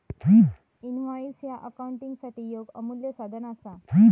invoice ह्या अकाउंटिंगसाठी येक अमूल्य साधन असा